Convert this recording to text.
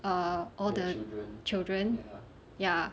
err all the children ya